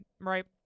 right